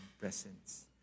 presence